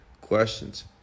Questions